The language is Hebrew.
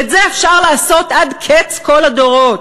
את זה אפשר לעשות עד קץ כל הדורות.